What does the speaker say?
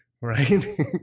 Right